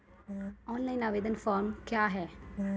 Online आवेदन form क्या हैं?